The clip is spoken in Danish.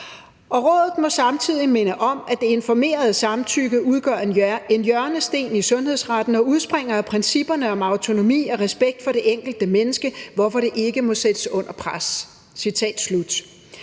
»Og rådet må samtidigt minde om, at det informerede samtykke udgør en hjørnesten i sundhedsretten og udspringer af principperne om autonomi og respekt for det enkelte menneske, hvorfor det ikke må sættes under pres.«